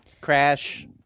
crash